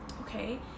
Okay